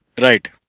Right